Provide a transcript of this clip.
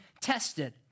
tested